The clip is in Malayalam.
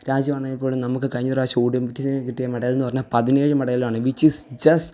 രാജ്യവാണെങ്കിൽ പോലും നമുക്ക് കഴിഞ്ഞ പ്രാവശ്യം ഒടിമ്പിക്സിന് കിട്ടിയ മെഡല് എന്ന് പറഞ്ഞ പതിനേഴ് മെഡേലാണ് വിച്ച് ഈസ് ജെസ്സ്